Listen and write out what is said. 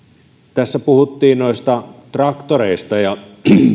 tässä puhuttiin traktoreista ja